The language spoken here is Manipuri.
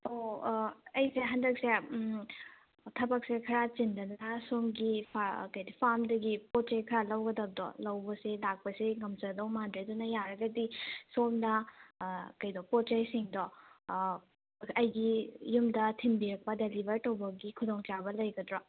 ꯑꯣ ꯑꯩꯁꯦ ꯍꯟꯗꯛꯁꯦ ꯊꯕꯛꯁꯦ ꯈꯔ ꯆꯤꯟꯗꯅ ꯁꯣꯝꯒꯤ ꯀꯩꯅꯣ ꯐꯥꯝꯗꯒꯤ ꯄꯣꯠ ꯆꯩ ꯈꯔ ꯂꯧꯒꯗꯕꯗꯣ ꯂꯧꯕꯁꯦ ꯂꯥꯛꯄꯁꯦ ꯉꯝꯖꯗꯧ ꯃꯥꯟꯗ꯭ꯔꯦ ꯑꯗꯨꯅ ꯌꯥꯔꯒꯗꯤ ꯁꯣꯝꯗ ꯑꯥ ꯀꯩꯅꯣ ꯄꯣꯠ ꯆꯩꯁꯤꯡꯗꯣ ꯑꯩꯒꯤ ꯌꯨꯝꯗ ꯊꯤꯟꯕꯤꯔꯛꯄ ꯗꯦꯂꯤꯕꯔ ꯇꯧꯕꯒꯤ ꯈꯨꯗꯣꯡ ꯆꯥꯕ ꯂꯩꯒꯗ꯭ꯔꯣ